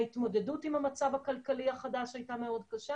ההתמודדות עם המצב הכלכלי החדש הייתה מאוד קשה